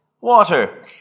Water